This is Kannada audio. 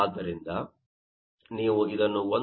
ಆದ್ದರಿಂದ ನೀವು ಇದನ್ನು 1